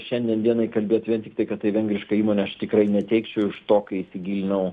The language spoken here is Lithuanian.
šiandien dienai kalbėt vien tiktai kad tai vengriška įmonė aš tikrai neteikčiau iš to ką įsigilinau